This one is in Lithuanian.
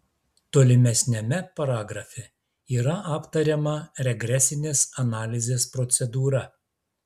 tolimesniame paragrafe yra aptariama regresinės analizės procedūra